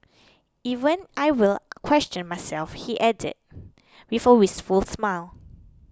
even I will question myself he added wistful smile